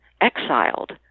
exiled